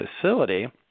facility